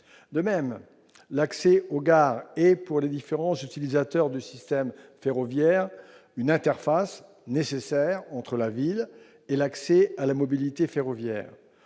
De même, l'accès aux gares est, pour les différents utilisateurs du système ferroviaire, une interface nécessaire entre la ville et l'accès à la mobilité ferroviaire